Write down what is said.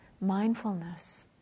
mindfulness